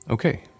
Okay